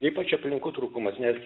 ypač aplinkų trūkumas nes